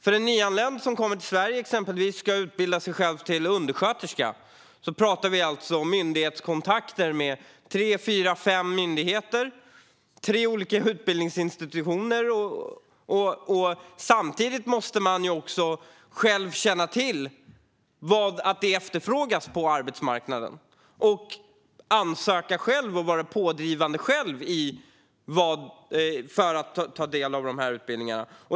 För exempelvis en nyanländ i Sverige som ska utbilda sig till undersköterska handlar det om kontakter med tre fyra fem myndigheter och tre olika utbildningsinstitutioner. Samtidigt måste man också själv känna till att det finns en efterfrågan på arbetsmarknaden. Dessutom måste man själv ansöka och vara pådrivande för att kunna ta del av utbildningen.